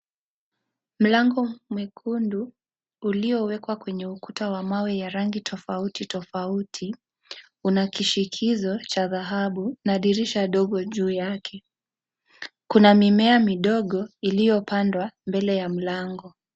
Mlango mwekundu, ulio wekwa kwenye ukuta wa mawe ya rangi tofauti tofauti, una kishikizo, cha dhahabu na dirisha dogo, juu yake , kuna mimea midogo, iliyopandwa mbele ya mlango.